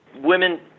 women